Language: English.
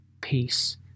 peace